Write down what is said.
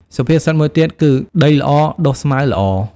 សុភាសិតមួយទៀតគឺ "ដីល្អ ដុះស្មៅល្អ"